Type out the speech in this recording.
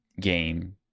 game